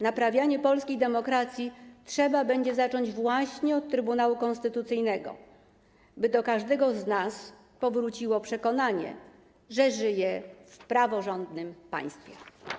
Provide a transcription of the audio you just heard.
Naprawianie polskiej demokracji trzeba będzie zacząć właśnie od Trybunału Konstytucyjnego, by do każdego z nas powróciło przekonanie, że żyje w praworządnym państwie.